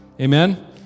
Amen